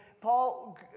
Paul